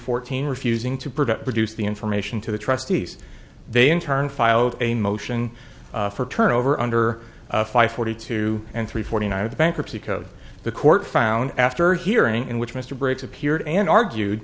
fourteen refusing to protect produce the information to the trustees they in turn filed a motion for turn over under five forty two and three forty nine of the bankruptcy code the court found after hearing in which mr brooks appeared and argued